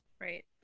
Right